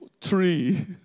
three